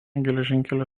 geležinkelio